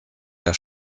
der